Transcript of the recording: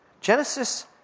Genesis